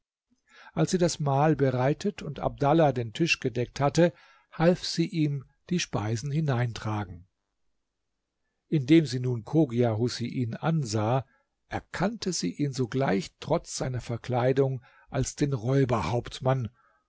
als sie das mahl bereitet und abdallah den tisch gedeckt hatte half sie ihm die speisen hineintragen indem sie nun chogia husein ansah erkannte sie ihn sogleich trotz seiner verkleidung als den räuberhauptmann